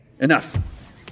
enough